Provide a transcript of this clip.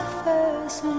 first